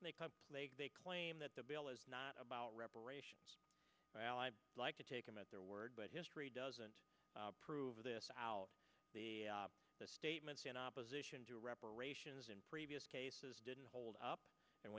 plague they claim that the bill is not about reparations well i'd like to take them at their word but history doesn't prove this out the the statements in opposition to reparations in previous cases didn't hold up and